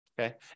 Okay